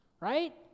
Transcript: Right